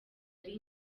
ari